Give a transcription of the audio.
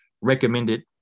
recommended